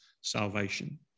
salvation